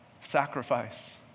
sacrifice